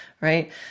right